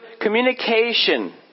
communication